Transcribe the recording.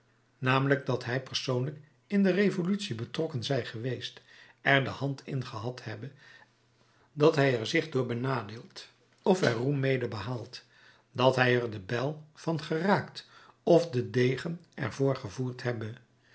namelijk dat hij persoonlijk in de revolutie betrokken zij geweest er de hand in gehad hebbe dat hij er zich door benadeeld of er roem mede behaald dat hij er de bijl van geraakt of den degen er voor gevoerd hebbe